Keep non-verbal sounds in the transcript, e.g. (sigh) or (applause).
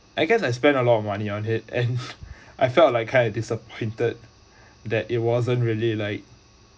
I guess I spend a lot of money on it and (laughs) I felt like kind of disappointed that it wasn't really like